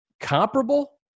comparable